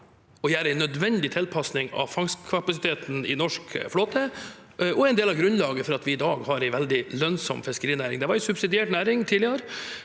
om å foreta en nødvendig tilpasning av fangstkapasiteten i norsk flåte og er en del av grunnlaget for at vi i dag har en veldig lønnsom fiskerinæring. Det var en subsidiert næring tidligere.